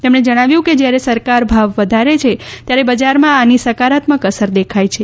તેમણે જણાવ્યું કે જયારે સરકાર ભાવ વધારે છે ત્યારે બજારમાં આની સકારાત્મક અસર દેખાય છે